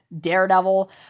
Daredevil